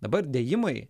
dabar dėjimai